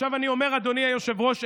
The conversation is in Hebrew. אני אומר אדוני היושב-ראש,